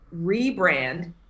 rebrand